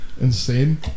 Insane